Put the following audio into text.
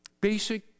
basic